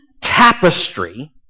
tapestry